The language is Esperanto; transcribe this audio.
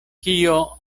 kio